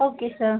okay sir